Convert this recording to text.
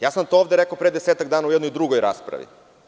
To sam ovde rekao pre 10-ak dana u jednoj drugoj raspravi.